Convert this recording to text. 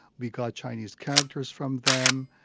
we got chinese characters from them.